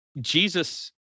Jesus